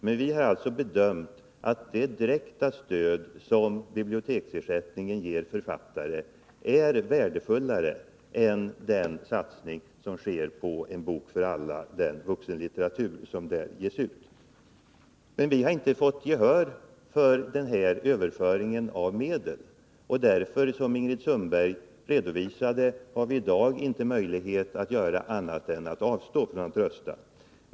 Men vi har bedömt att det direkta stöd som biblioteksersättningen ger författare är värdefullare än satsningen på den vuxenlitteratur som ges ut genom En bok för alla. Men vi har inte fått gehör för den överföringen av medel. Som Ingrid Sundberg redovisade har vi därför i dag inte möjlighet att göra något annat än avstå från att rösta.